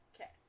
Okay